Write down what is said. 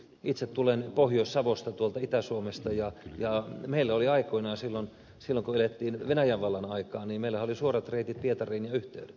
itse tulen pohjois savosta tuolta itä suomesta ja meillä oli aikoinaan silloin kun elettiin venäjän vallan aikaa suorat reitit ja yhteydet pietariin